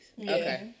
okay